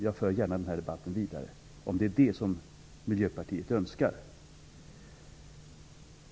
Jag för gärna den här debatten vidare, om det är det som Miljöpartiet önskar.